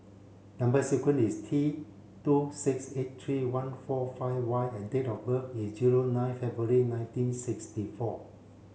number sequence is T two six eight three one four five Y and date of birth is zero nine February nineteen sixty four